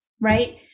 right